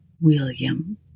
William